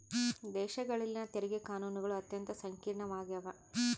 ದೇಶಗಳಲ್ಲಿನ ತೆರಿಗೆ ಕಾನೂನುಗಳು ಅತ್ಯಂತ ಸಂಕೀರ್ಣವಾಗ್ಯವ